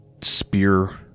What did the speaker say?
spear